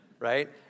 right